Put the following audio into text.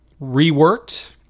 reworked